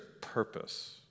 purpose